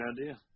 idea